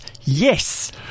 Yes